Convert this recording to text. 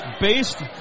based